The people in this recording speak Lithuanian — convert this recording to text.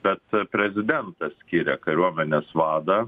bet prezidentas skiria kariuomenės vadą